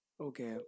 Okay